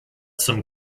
some